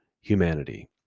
humanity